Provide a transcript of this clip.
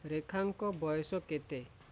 ରେଖାଙ୍କ ବୟସ କେତେ